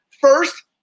first